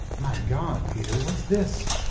my god, peter, what's this?